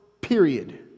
period